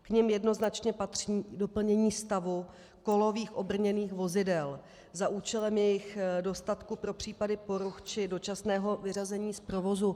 K nim jednoznačně patří doplnění stavu kolových obrněných vozidel za účelem jejich dostatku pro případy poruch či dočasného vyřazení z provozu.